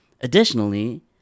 Additionally